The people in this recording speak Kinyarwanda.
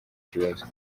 kibazo